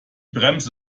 bremse